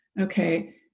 okay